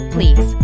Please